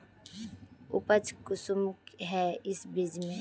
उपज कुंसम है इस बीज में?